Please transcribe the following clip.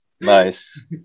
Nice